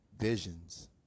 visions